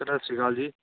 sir ਸਤਿ ਸ਼੍ਰੀ ਅਕਾਲ ਜੀ